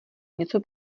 něco